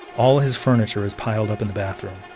all his furniture is piled up in the bathroom.